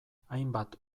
hainbat